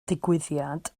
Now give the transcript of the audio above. digwyddiad